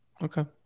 Okay